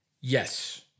Yes